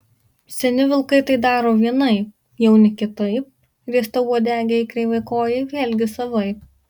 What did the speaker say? seni vilkai tai daro vienaip jauni kitaip riestauodegiai kreivakojai vėlgi savaip